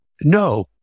no